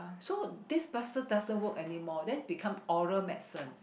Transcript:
so this plaster doesn't work anymore then become oral medicine